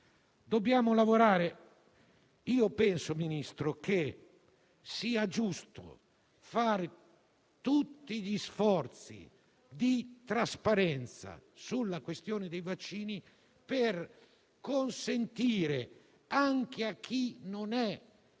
dobbiamo lavorare. Signor Ministro, penso sia giusto sostenere tutti gli sforzi di trasparenza sulla questione dei vaccini per consentire anche a chi non è